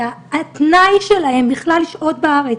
שהתנאי שלהם בכלל לשהות בארץ,